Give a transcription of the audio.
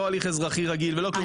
לא הליך אזרחי רגיל ולא כלום.